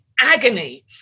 agony